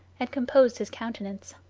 and composed his countenance.